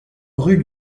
rue